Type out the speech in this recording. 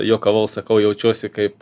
juokavau sakau jaučiuosi kaip